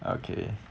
okay